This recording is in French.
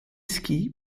skis